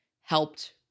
helped